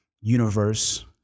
universe